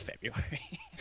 February